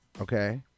Okay